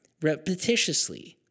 repetitiously